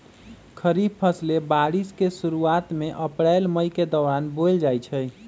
खरीफ फसलें बारिश के शुरूवात में अप्रैल मई के दौरान बोयल जाई छई